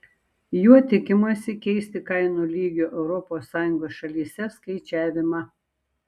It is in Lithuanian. juo tikimasi keisti kainų lygių europos sąjungos šalyse skaičiavimą